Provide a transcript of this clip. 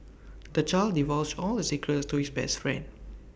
the child divulged all his secrets to his best friend